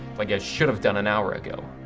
like i should have done an hour ago.